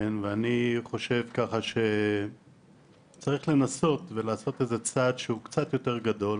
אני חושב שצריך לנסות ולעשות איזה צעד שהוא קצת יותר גדול,